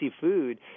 food